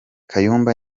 kayumba